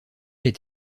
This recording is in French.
est